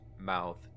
mouth